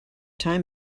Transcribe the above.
time